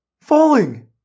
Falling